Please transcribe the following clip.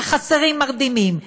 חסרים מרדימים,